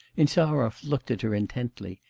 insarov looked at her intently,